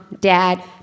Dad